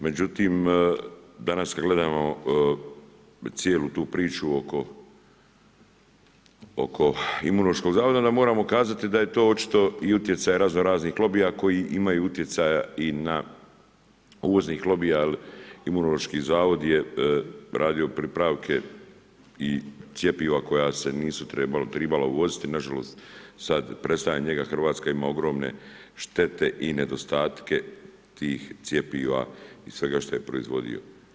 Međutim, danas kad gledamo cijelu tu priču oko Imunološkog zavoda ona moramo kazati da je to očito i utjecaj razno raznih lobija koji imaju utjecaja i na, uvoznih lobija jel Imunološki zavod je radio pripravke i cjepiva koja se nisu tribala uvoziti, nažalost sad prestajanjem njega Hrvatska ima ogromne štete i nedostatke tih cjepiva i svega što je proizvodio.